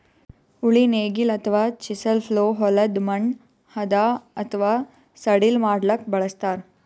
ಉಳಿ ನೇಗಿಲ್ ಅಥವಾ ಚಿಸೆಲ್ ಪ್ಲೊ ಹೊಲದ್ದ್ ಮಣ್ಣ್ ಹದಾ ಅಥವಾ ಸಡಿಲ್ ಮಾಡ್ಲಕ್ಕ್ ಬಳಸ್ತಾರ್